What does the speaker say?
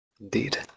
Indeed